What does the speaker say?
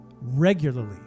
regularly